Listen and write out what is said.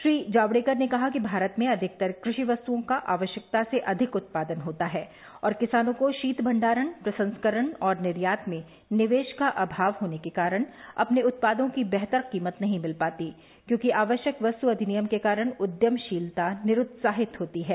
श्री जावड़ेकर ने कहा कि भारत में अधिकतर कृषि वस्तुओं का आवश्यकता से अधिक उत्पादन होता है और किसानों को शीत भंडारण प्रसंस्करण और निर्यात में निवेश का अभाव होने के कारण अपने उत्पादों की बेहतर कीमत नहीं मिल पाती क्योंकि आवश्यक वस्तु अधिनियम के कारण उद्यमशीलता निरूत्साहित होती है